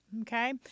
okay